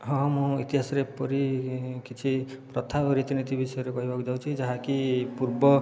ହଁ ମୁଁ ଇତିହାସରେ ଏପରି କିଛି ପ୍ରଥା ଓ ରୀତିନୀତି ବିଷୟରେ କହିବାକୁ ଯାଉଛି ଯାହାକି ପୂର୍ବ